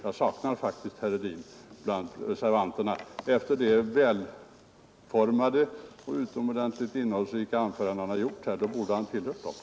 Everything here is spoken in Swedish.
Jag saknar faktiskt herr Hedin bland reservanterna. Med tanke på det välformade och utomordentligt innehållsrika anförande han har hållit här borde han ha tillhört dessa.